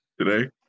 today